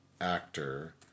actor